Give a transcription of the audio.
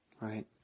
Right